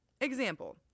Example